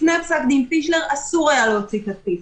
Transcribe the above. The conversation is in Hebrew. לפני פסק דין פישלר אסור היה להוציא תדפיס,